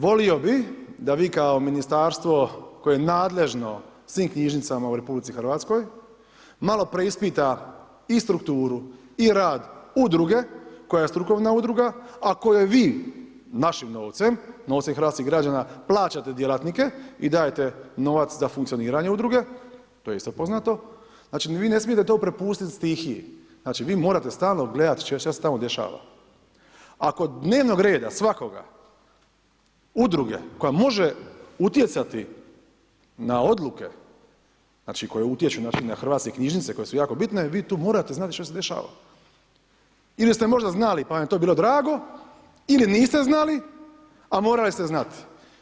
Volio bi da vi kao ministarstvo koje je nadležno svim knjižnicama u RH, malo preispita i strukturu i rad udruge koja je strukovna udruga a kojoj vi našim novcem, novcem hrvatskih građana, plaćate djelatnike i dajete novac za funkcioniranje udruge, to je isto poznato, znači vi ne smijete to propustiti stihiji, znači vi morate stalno gledati što se tamo dešava. ... udruge koja može utjecati na odluke, znači koje utječu na hrvatske knjižnice koje su jako bitne, vi tu morate znati što se dešava ili ste možda znali pa vam je to bilo drago ili niste znali a morali ste znati.